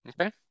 Okay